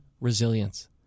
resilience